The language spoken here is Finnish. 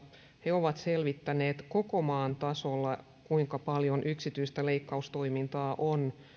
he ovat selvittäneet koko maan tasolla kuinka paljon yksityistä leikkaustoimintaa on